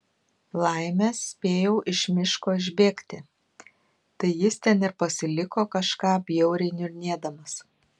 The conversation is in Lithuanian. laimė spėjau iš miško išbėgti tai jis ten ir pasiliko kažką bjauriai niurnėdamas